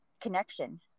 connection